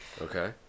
Okay